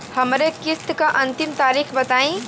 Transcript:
हमरे किस्त क अंतिम तारीख बताईं?